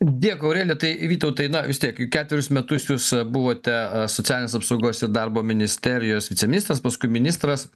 dėkui aurelija tai vytautai na vis tiek ketverius metus jūs buvote socialinės apsaugos ir darbo ministerijos viceministras paskui ministras